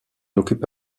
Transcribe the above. occupe